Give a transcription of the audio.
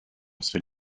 ces